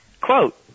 quote